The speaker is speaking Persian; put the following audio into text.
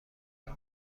این